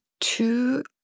two